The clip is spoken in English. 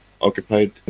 occupied